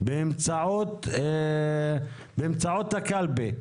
באמצעות הקלפי?